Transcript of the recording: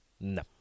No